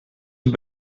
een